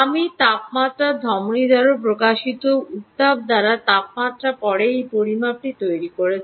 আমি তাপমাত্রার ধমনী দ্বারা প্রকাশিত উত্তাপ দ্বারা তাপমাত্রা পড়ে এই পরিমাপটি তৈরি করেছি